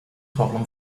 problem